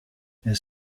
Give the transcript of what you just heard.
his